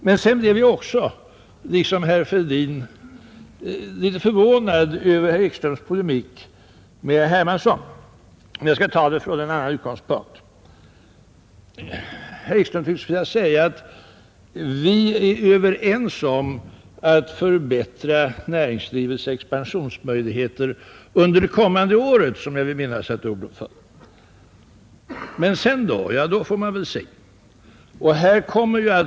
Men sedan blev jag, liksom herr Fälldin, litet förvånad över herr Ekströms polemik med herr Hermansson i Stockholm. Herr Ekström tycks vilja säga att vi är överens om att förbättra näringslivets expansionsmöjligheter ”under det kommande året”, som jag vill minnas att orden föll. Men sedan då? Ja, då får man väl se.